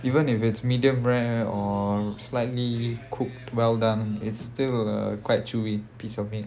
even if it's medium rare or slightly cooked well done it's still a quite chewy piece of meat